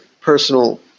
personal